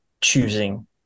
choosing